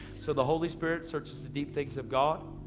so the holy spirit searches the deep things of god,